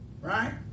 Right